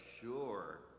sure